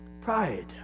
Pride